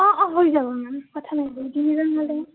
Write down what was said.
অঁ অঁ হৈ যাব মেম কথা নাই তিনিজন হ'লে